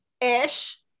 ish